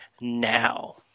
now